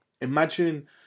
imagine